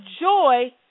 joy